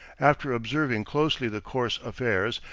after observing closely the course affairs,